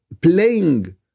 playing